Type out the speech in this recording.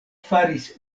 faris